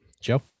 Joe